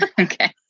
Okay